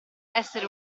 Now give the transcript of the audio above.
essere